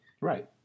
Right